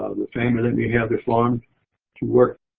ah the family let me have that farm to work